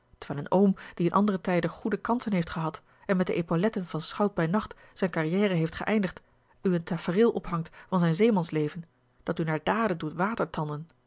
terwijl een oom die in andere tijden goede kansen heeft gehad en met de epauletten van schout bij nacht zijne carrière heeft geëindigd u een tafereel ophangt van zijn zeemansleven dat u naar daden doet watertanden